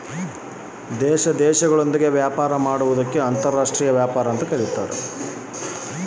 ಅಂತರಾಷ್ಟ್ರೇಯ ವ್ಯಾಪಾರ ಅಂದರೆ ಹೆಂಗೆ ಇರುತ್ತದೆ?